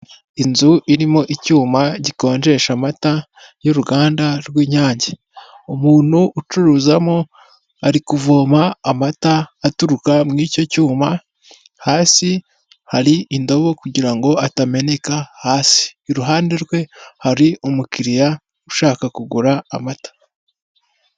Inzu irimo icyuma gikonjesha amata y'uruganda rw'Inyange, umuntu ucuruzamo ari kuvoma amata aturuka muricyo cyuma, hasi hari indobo kugira ngo atameneka hasi, iruhande rwe hari umukiriya ushaka kugura amata.